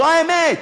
זו האמת,